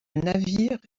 navire